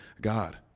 God